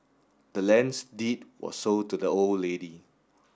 the land's deed was sold to the old lady